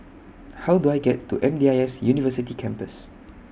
How Do I get to M D I S University Campus